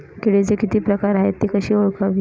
किडीचे किती प्रकार आहेत? ति कशी ओळखावी?